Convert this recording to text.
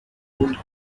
old